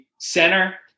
center